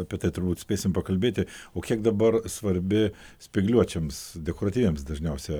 apie tai turbūt spėsim pakalbėti o kiek dabar svarbi spygliuočiams dekoratyviems dažniausia